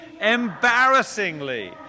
embarrassingly